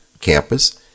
campus